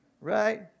right